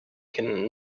can